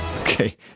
okay